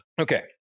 okay